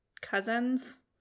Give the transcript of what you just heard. cousins